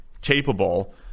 capable